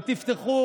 תפתחו